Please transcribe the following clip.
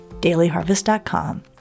dailyharvest.com